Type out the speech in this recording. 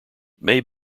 may